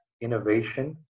innovation